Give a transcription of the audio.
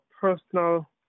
personal